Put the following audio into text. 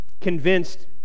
Convinced